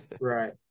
Right